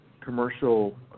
commercial